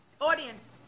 audience